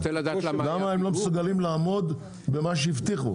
למה הם לא מסוגלים לעמוד במה שהבטיחו?